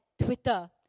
Twitter